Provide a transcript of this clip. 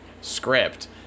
script